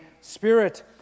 Spirit